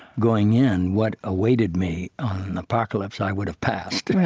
going in, what awaited me on apocalypse, i would have passed.